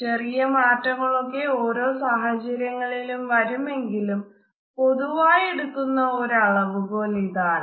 ചെറിയ മാറ്റങ്ങളൊക്കെ ഓരോ സാഹചര്യത്തിലും വരുമെങ്കിലും പൊതുവായെടുക്കുന്ന ഒരു അളവുകോൽ ഇതാണ്